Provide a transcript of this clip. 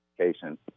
education